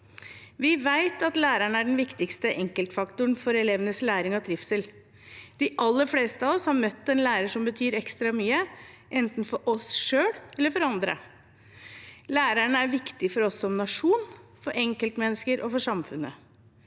Vi vet at læreren er den viktigste enkeltfaktoren for elevenes læring og trivsel. De aller fleste av oss har møtt en lærer som betydde ekstra mye, enten for oss selv eller for andre. Lærerne er viktig for oss som nasjon, for enkeltmennesker og for samfunnet.